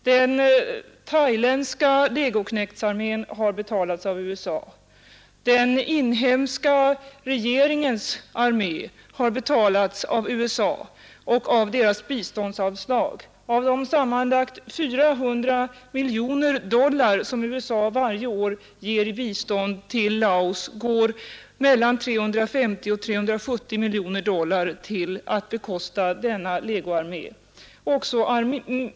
Den thailändska legoknektarmén har betalats av USA, den inhemska regeringens armé har betalats av USA och av dess biståndsanslag. Av de sammanlagt 400 miljoner dollar som USA varje år ger i bistånd till Laos går mellan 350 och 370 miljoner dollar till att bekosta denna legoarmé.